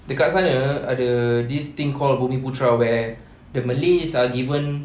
dekat sana ada this thing called bumiputera where the malays are given